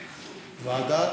ועדת?